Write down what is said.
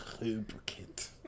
Lubricant